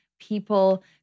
people